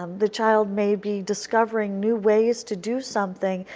um the child maybe discovering new ways to do something,